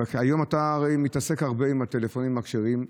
כיום אתה הרי מתעסק הרבה עם הטלפונים הכשרים,